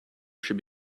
should